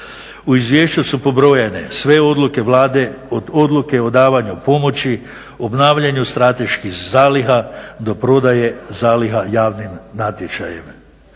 U izvješću su pobrojane sve odluke Vlade, od odluke o davanju pomoći, obnavljanju strateških zaliha do prodaje zaliha javnim natječajem.